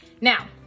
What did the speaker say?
Now